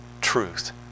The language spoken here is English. truth